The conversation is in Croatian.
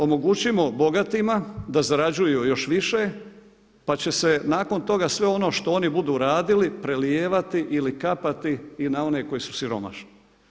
Omogućimo bogatima da zarađuju još više pa će se nakon toga sve ono što oni budu radili prelijevati ili kapati i na one koji su siromašni.